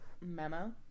memo